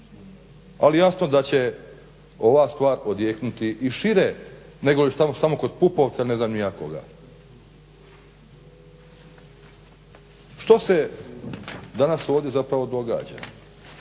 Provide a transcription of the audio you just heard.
ali jasno da će ova stvar odjeknuti i šire negoli samo kod PUpovca ne znam ni ja koga. Što se danas zapravo ovdje